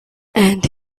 and